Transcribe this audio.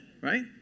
right